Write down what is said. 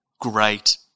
Great